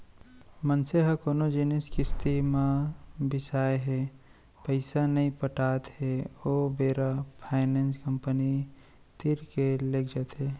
मनसे ह कोनो जिनिस किस्ती म बिसाय हे पइसा नइ पटात हे ओ बेरा फायनेंस कंपनी तीर के लेग जाथे